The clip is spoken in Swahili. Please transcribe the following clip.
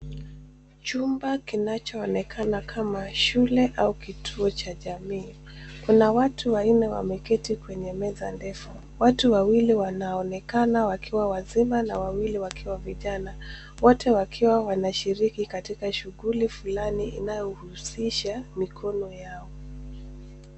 Chumba kinachoonekana kama shule au kituo cha jamii. Pana watu wanne wameketi kwenye meza ndefu. Watu wawili wanaonekana wakiwa wazima na wawili wakiwa vijana, wote wakiwa wanashiriki katika shughuli fulani inayohusisha mikono yao.